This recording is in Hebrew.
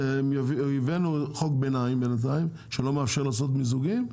הבאנו חוק ביניים בינתיים שלא מאפשר לעשות מיזוגים,